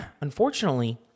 unfortunately